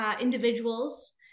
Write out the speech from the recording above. individuals